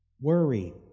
worry